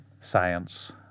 science